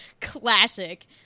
Classic